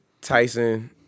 Tyson